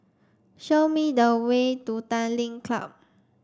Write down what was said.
show me the way to Tanglin Club